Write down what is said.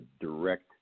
direct